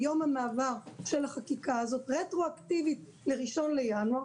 ביום המעבר של החקיקה הזאת רטרואקטיבית ל-1 בינואר,